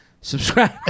subscribe